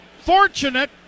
fortunate